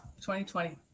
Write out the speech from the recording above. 2020